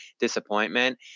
disappointment